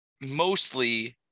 mostly